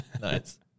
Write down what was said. Nice